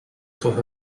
coge